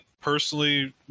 personally